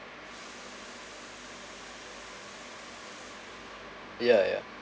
ya ya